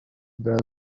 were